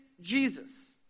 Jesus